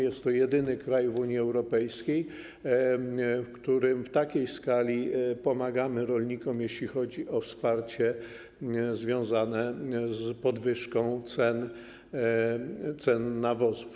Jest to jedyny kraj w Unii Europejskiej, w którym w takiej skali pomagamy rolnikom, jeśli chodzi o wsparcie związane z podwyżką cen nawozów.